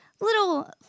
little